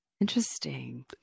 Interesting